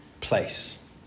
place